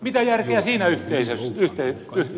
mitä järkeä siinä yhtälössä on